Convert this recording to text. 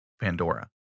Pandora